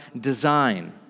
design